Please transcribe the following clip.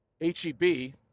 H-E-B